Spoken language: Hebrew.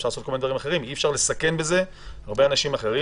אפשר לעשות כל מיני דברים אחרים אבל אי אפשר לסכן בזה הרבה אנשים אחרים.